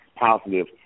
positive